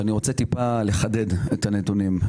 אני רוצה מעט לחדד את הנתונים.